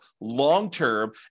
long-term